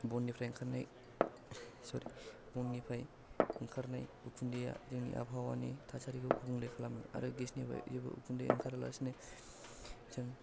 बननिफ्राय ओंखारनाय सरि बननिफ्राय ओंखारनाय उखुन्दैया जोंनि आबहावानि थासारिखौ गुबुंले खालामो आरो गेसनिफ्राय जेबो उखुन्दै ओंखारालासेनो जों